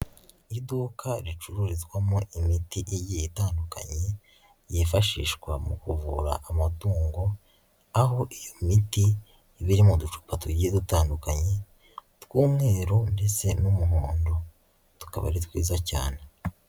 Iduka ricururizwamo imiti igiye itandukanye yifashishwa mu kuvura amatungo. Aho iyo miti iba mu ducupa tugiye dutandukanye tw'umweru ndetse n'umuhondo. Tukaba ari twiza cyane.